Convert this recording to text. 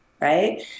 right